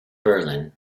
berlin